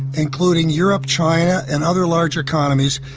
including europe, china and other large economies,